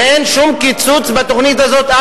ואין שום קיצוץ בתוכנית הזאת.